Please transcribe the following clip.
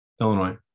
Illinois